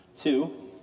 Two